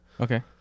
Okay